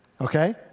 okay